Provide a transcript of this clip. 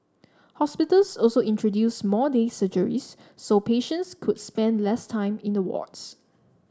hospitals also introduced more day surgeries so patients could spend less time in the wards